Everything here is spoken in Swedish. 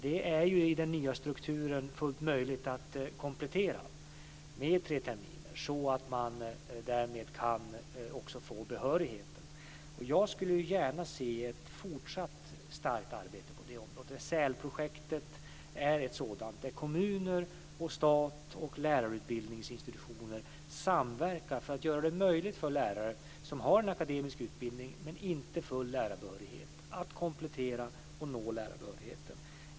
Det är i den nya strukturen fullt möjligt att komplettera med tre terminer, så att man därmed också kan få behörigheten. Jag skulle gärna se ett fortsatt starkt arbete på det området. SÄL-projektet är ett sådant, där kommuner, stat och lärarutbildningsinstitutioner samverkar för att göra det möjligt för lärare som har en akademisk utbildning men inte full lärarbehörighet att komplettera och nå lärarbehörigheten.